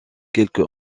quelque